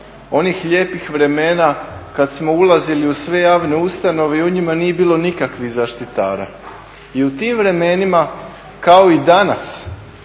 onih lijepih vremena kad smo ulazili u sve javne ustanove i u njima nije bilo nikakvih zaštitara. I u tim vremenima kao i danas